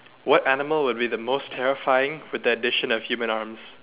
what animal would be the most terrifying with the addition of both human arms